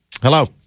Hello